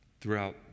Throughout